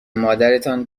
مادرتان